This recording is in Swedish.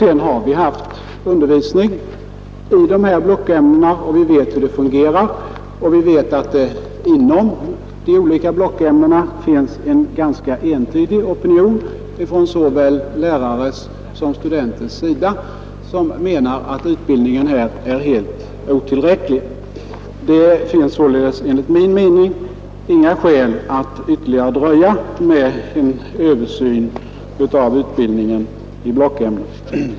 Sedan har vi haft undervisning i dessa blockämnen, och vi vet hur det fungerar. Vi vet också att det inom de olika blockämnena finns en ganska entydig opinion från såväl lärares som studenters sida som menar att utbildningen är helt otillräcklig. Det föreligger således enligt min mening inga skäl att ytterligare dröja med en översyn av utbildningen i blockämnena.